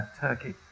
Turkey